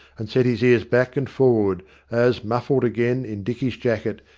and set his ears back and forward as, muffled again in dicky's jacket,